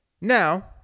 Now